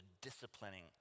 disciplining